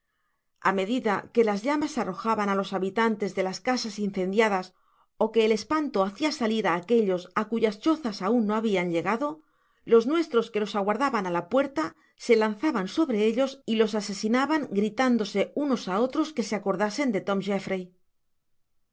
a medida que las llamas arrojaban á los habitantes de las casas incendiadas ó que el espanto hacia salir á aquellos á cuyas chozas aun no habian llegado los nuestros que los aguardaban á la puerta se lanzaban sobre ellos y los asesinaban gritándose unos á otros que se acordasen de tbm jeffry